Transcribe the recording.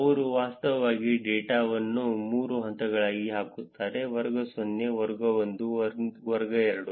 ಅವರು ವಾಸ್ತವವಾಗಿ ಡೇಟಾವನ್ನು 3 ಹಂತಗಳಾಗಿ ಹಾಕುತ್ತಾರೆ ವರ್ಗ 0 ವರ್ಗ 1 ಮತ್ತು ವರ್ಗ 2